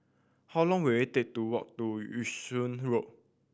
how long will it take to walk to Yung Sheng Road